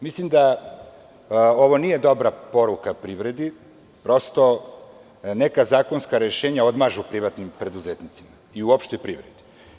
Mislim da ovo nije dobra poruka privredi, prosto, neka zakonska rešenja odmažu privrednim preduzetnicima i uopšte privredi.